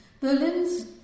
Berlin's